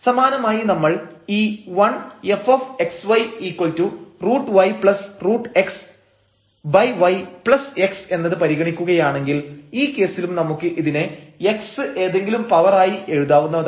സമാനമായി നമ്മൾ ഈ 1 fxy √y√xyx എന്നത് പരിഗണിക്കുകയാണെങ്കിൽ ഈ കേസിലും നമുക്ക് ഇതിനെ x ഏതെങ്കിലും പവർ ആയി എഴുതാവുന്നതാണ്